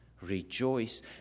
Rejoice